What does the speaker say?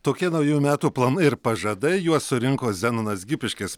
tokie naujų metų planai ir pažadai juos surinko zenonas gipiškis